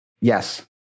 yes